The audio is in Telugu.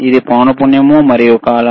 ఇది పౌనపున్యం మరియు కాలం